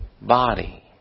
body